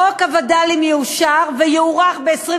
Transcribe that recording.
שחוק הווד"לים יאושר ויוארך ב-22